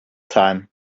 time